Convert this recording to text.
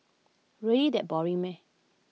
really that boring meh